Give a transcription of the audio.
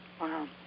Wow